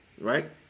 right